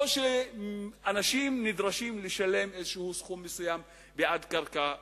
או שאנשים נדרשים לשלם איזשהו סכום מסוים בעד קרקע כזאת.